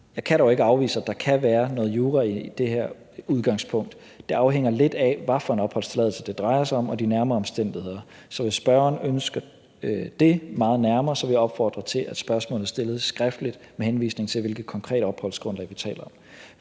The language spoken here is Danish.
Jeg kan dog ikke afvise, at der kan være noget jura i det her udgangspunkt, men det afhænger lidt af, hvilken opholdstilladelse det drejer sig om og de nærmere omstændigheder. Så hvis spørgeren ønsker at komme det meget nærmere, vil jeg opfordre til, at spørgsmålet stilles skriftligt, med henvisning til hvilket konkret opholdsgrundlag vi taler om.